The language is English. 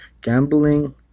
gambling